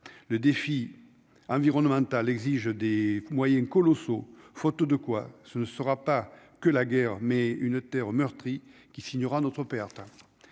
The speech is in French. le défi environnemental exige des moyens colossaux, faute de quoi, ce ne sera pas que la guerre mais une terre meurtri qui signera notre perte